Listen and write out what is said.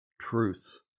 truth